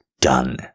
done